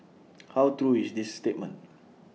how true is this statement